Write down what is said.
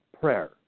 prayer